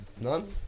None